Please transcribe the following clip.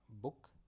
book